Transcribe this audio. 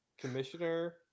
commissioner